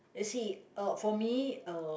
you see uh for me uh